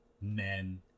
men